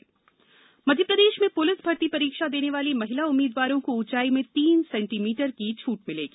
महिला उंचाई मध्यप्रदेश में प्लिस भर्ती परीक्षा देने वाली महिला उम्मीदवारों को उंचाई में तीन सेंटीमीटर की छूट मिलेगी